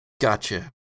Gotcha